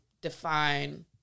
define